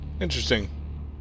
interesting